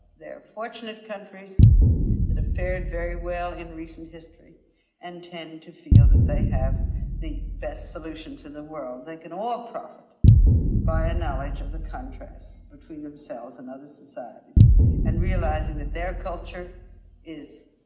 they're fortunate countries that have fared very well in recent history and tend to feel that they have the best solution to the world. they can all profit by a knowledge of the contrasts between themselves and other societies and realizing that their culture is,